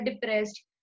depressed